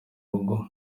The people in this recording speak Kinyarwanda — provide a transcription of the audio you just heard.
rugo